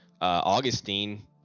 Augustine